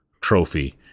trophy